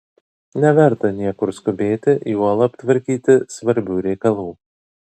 neverta niekur skubėti juolab tvarkyti svarbių reikalų